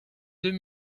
deux